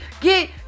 Get